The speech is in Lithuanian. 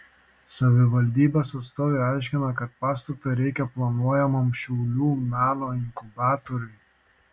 savivaldybės atstovai aiškina kad pastato reikia planuojamam šiaulių menų inkubatoriui